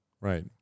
Right